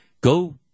go